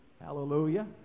hallelujah